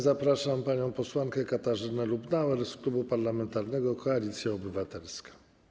Zapraszam panią posłankę Katarzynę Lubnauer z Klubu Parlamentarnego Koalicja Obywatelska.